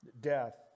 death